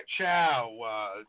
Chow